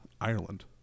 Ireland